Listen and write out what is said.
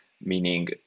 meaning